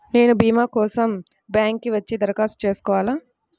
నేను భీమా కోసం బ్యాంక్కి వచ్చి దరఖాస్తు చేసుకోవాలా?